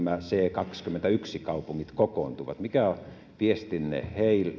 kaksikymmentäyksi kaupungit kokoontuvat mikä on viestinne